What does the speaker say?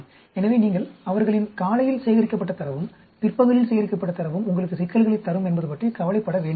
எனவே நீங்கள் அவர்களின் காலையில் சேகரிக்கப்பட்ட தரவும் பிற்பகலில் சேகரிக்கப்பட்ட தரவும் உங்களுக்கு சிக்கல்களைத் தரும் என்பது பற்றி கவலைப்பட வேண்டியதில்லை